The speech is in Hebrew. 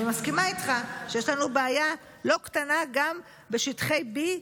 אני מסכימה איתך שיש לנו בעיה לא קטנה גם בשטחי B,